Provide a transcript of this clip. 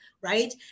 right